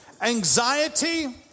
anxiety